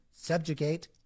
subjugate